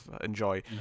enjoy